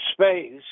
space